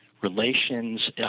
relations